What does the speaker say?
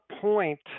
point